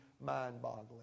mind-boggling